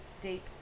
deep